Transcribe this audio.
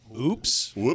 Oops